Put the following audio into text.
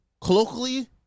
colloquially